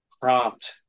prompt